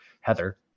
heather